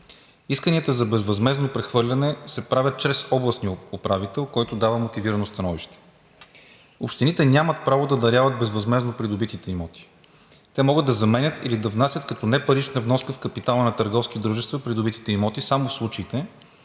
Исканията за безвъзмездно прехвърляне се правят чрез областния управител, който дава мотивирано становище. Общините нямат право да даряват безвъзмездно придобитите имоти. Те могат да заменят или да внасят като непарична вноска в капитала на търговски дружества придобитите имоти само в случаите,